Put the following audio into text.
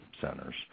Centers